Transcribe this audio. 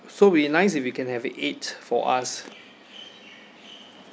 so be nice if we can have eight for us